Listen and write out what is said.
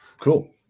Cool